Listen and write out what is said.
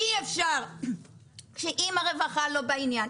אי אפשר אם הרווחה לא בעניין,